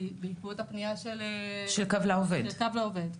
בעקבות הפנייה של קו לעובד.